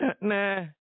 nah